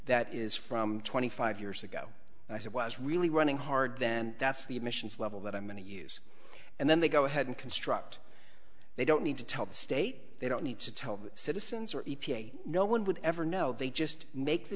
that is from twenty five years ago and i said was really running hard then that's the emissions level that i'm going to use and then they go ahead and construct they don't need to tell the state they don't need to tell the citizens or e p a no one would ever know they just make the